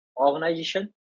Organization